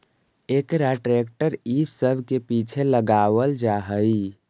एकरा ट्रेक्टर इ सब के पीछे लगावल जा हई